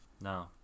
No